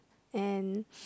and